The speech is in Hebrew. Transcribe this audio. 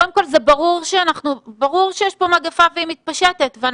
קודם כל זה ברור שיש פה מגפה והיא מתפשטת ו --- לא,